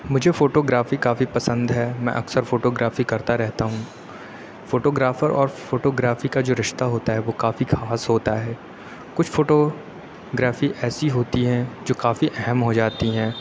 مجھے photography کافی پسند ہے میں اکثر فوٹو گرافی کرتا رہتا ہوں فوٹو گرافر اور فوٹو گرافی کا جو رشتہ ہوتا ہے وہ کافی خاص ہوتا ہے کچھ فوٹو گرافی ایسی ہوتی ہے جو کافی اہم ہو جاتی ہیں